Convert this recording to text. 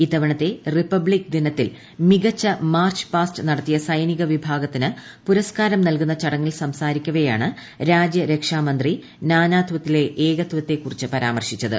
ഇത്തവണത്തെ റിപ്പബ്ധിക് ദിനത്തിൽ മികച്ച മാർച്ച് പാസ്റ്റ് നടത്തിയ സൈനിക വിഭാഗത്തിന് പുരസ്കാരം നൽകുന്ന ചടങ്ങിൽ സംസാരിക്കവെയാണ് രാജ്യരക്ഷാമന്ത്രി നാനാത്വത്തിലെ ഏകത്വത്തെ കുറിച്ച് പരാമർശിച്ചത്